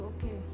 Okay